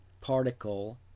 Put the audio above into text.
particle